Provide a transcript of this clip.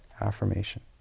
affirmation